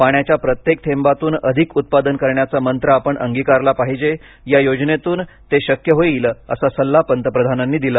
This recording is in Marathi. पाण्याच्या प्रत्येक थेंबातून अधिक उत्पादन करण्याचा मंत्र आपण अंगीकारला पाहिजे या योजनेतून ते शक्य होईल असा सल्ला पंतप्रधानांनी दिला